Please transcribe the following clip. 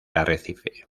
arrecife